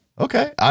Okay